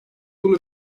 bunu